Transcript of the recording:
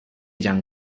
jean